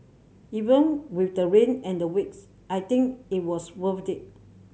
even with the rain and the wait I think it was worth they